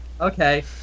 okay